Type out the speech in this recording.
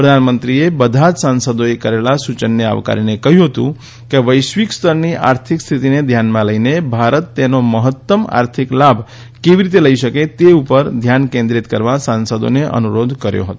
પ્રધાનમંત્રીએ બધા જ સાંસદોએ કરેલા સૂચનને આવકારીને કહ્યું હતું કે વૈશ્વિક સ્તરની આર્થિક સ્થિતિને ધ્યાનમાં લઈને ભારત તેનો મહત્તમ આર્થિક લાભ કેવી રીતે લઈ શકે તે ઉપર ધ્યાન કેન્દ્રીત કરવા સાંસદોને અનુરોધ કર્યો હતો